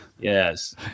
yes